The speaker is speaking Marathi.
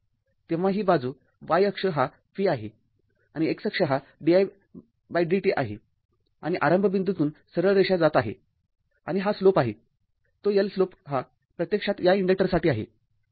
तेव्हा ही बाजू y अक्ष हा v आहे आणि x अक्ष हा didt आहे आणि आरंभ बिंदूतून सरळ रेषा जात आहे आणि हा स्लोप आहे तो L स्लोप हा प्रत्यक्षात या इन्डक्टरसाठी आहे